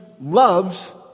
loves